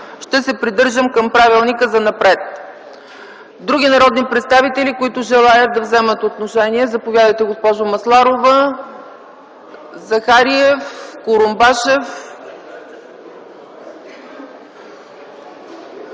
Ще се придържам към правилника занапред. Други народни представители, които желаят да вземат отношение? Заповядайте, госпожо Масларова. ЕМИЛИЯ МАСЛАРОВА